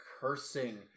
cursing